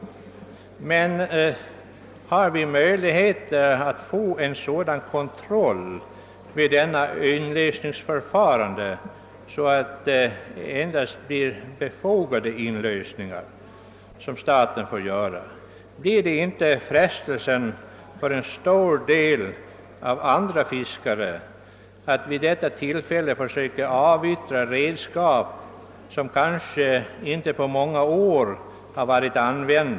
Men har vi möjligheter att vid ett sådant förfarande kontrollera, att endast befogade inlösningar kommer i fråga? Uppstår det inte frestelser för en stor del andra fiskare att vid detta tillfälle försöka avyttra redskap som kanske inte använts på många år?